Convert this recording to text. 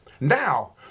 Now